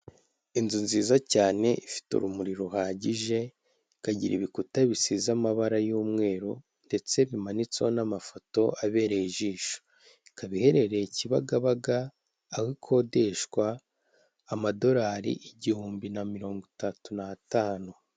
Inzu nziza cyane ifite urumuri ruhagije, ikagira ibikuta bisize amabara y'umweru ndetse bimanitseho n'amafoto abereye ijisho, ikaba iherereye Kibagabaga, aho ikodeshwa amadolari igihumbi na mirongo itatu n'atanu.